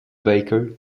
baker